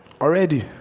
Already